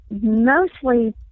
mostly